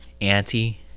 Auntie